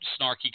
snarky